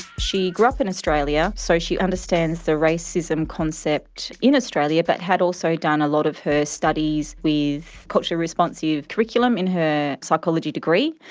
she grew up in australia, so she understands the racism concept in australia but had also done a lot of her studies with culturally responsive curriculum in her psychology degree,